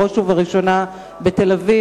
בראש ובראשונה בתל-אביב.